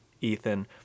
Ethan